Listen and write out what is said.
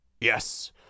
Yes